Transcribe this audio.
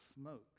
smoke